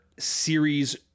series